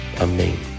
Amen